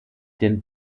den